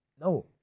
No